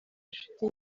inshuti